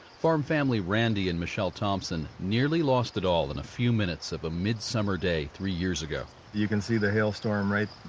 farm family randy and michelle thompson nearly lost it all in a few minutes of a mid-summer day three years ago you can see the hail storm right,